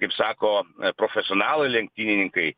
kaip sako profesionalai lenktynininkai